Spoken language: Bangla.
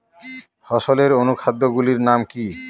ফসলের অনুখাদ্য গুলির নাম কি?